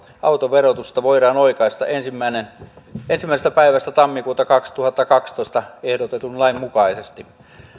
autoverotusta voidaan oikaista ensimmäisestä päivästä tammikuuta kaksituhattakaksitoista ehdotetun lain mukaisesti